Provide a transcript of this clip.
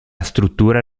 struttura